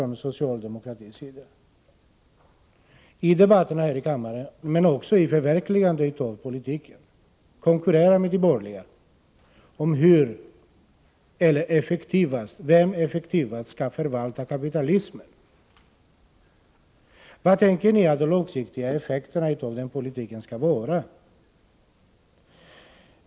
Ni socialdemokrater konkurrerar för närvarande — i debatten här i kammaren, men också i förverkligandet av politiken — med de borgerliga om vem som effektivast kan förvalta kapitalismen. Vad tänker ni er för långsiktiga effekter av denna politik?